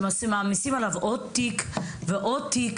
שמעמיסים עליו תיק ועוד תיק,